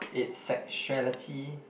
it's sexuality